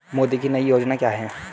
मोदी की नई योजना क्या है?